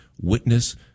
witness